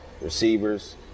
receivers